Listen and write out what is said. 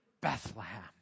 Bethlehem